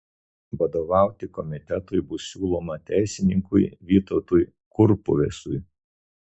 vadovauti komitetui bus siūloma teisininkui vytautui kurpuvesui